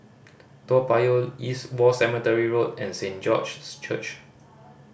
Toa Payoh East War Cemetery Road and Saint George's Church